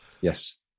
Yes